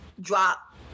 drop